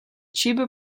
chiba